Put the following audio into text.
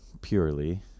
purely